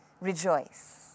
Rejoice